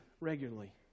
regularly